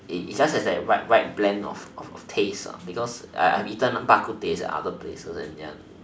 it's just has that right right bland of of taste because I've eaten bak-kut-teh at other places and then